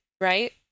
right